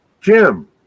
jim